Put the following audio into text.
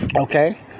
okay